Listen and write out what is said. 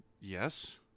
Yes